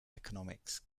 economics